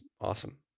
awesome